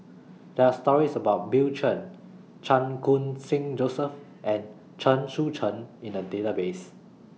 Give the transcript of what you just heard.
There Are stories about Bill Chen Chan Khun Sing Joseph and Chen Sucheng in The Database